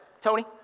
Tony